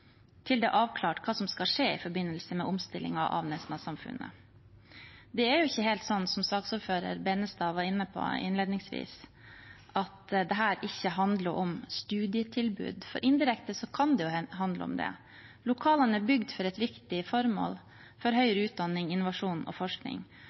til det er avklart hva som skal skje i forbindelse med omstillingen av Nesna-samfunnet. Det er ikke helt sånn som saksordfører Tveiten Benestad var inne på innledningsvis, at dette ikke handler om studietilbud, for indirekte kan det handle om det. Lokalene er bygd for et viktig formål, for